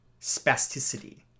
spasticity